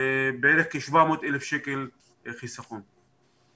בערך כ-700,000 שקל חיסכון.